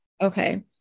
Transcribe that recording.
Okay